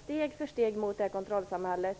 steg för steg mot kontrollsamhället.